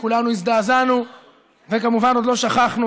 כולנו הזדעזענו וכמובן עוד לא שכחנו,